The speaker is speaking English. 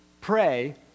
Pray